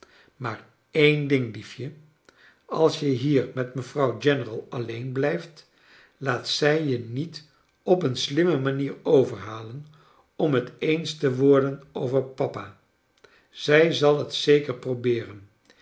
maar een ding liefje als je hier met mevrouw general alleen blijft laat zij je niet op een slimme manier overhalen onx het eens te worden over papa zij zal het zeker probeeren